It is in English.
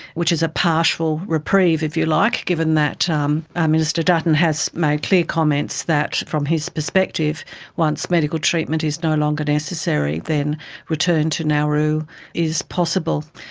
which is a partial reprieve, if you like, given that um ah minister dutton has made clear comments that from his perspective once medical treatment is no longer necessary then return to nauru is possible.